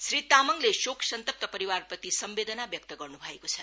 श्री तामाङले शोकसन्तान परिवारप्रति समवेदना व्यक्त गर्नु भएको छ